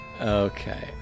Okay